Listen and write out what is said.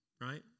Right